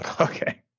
Okay